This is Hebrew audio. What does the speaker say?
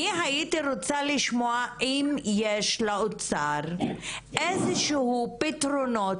אני הייתי רוצה לשמוע אם יש לאוצר איזשהם פתרונות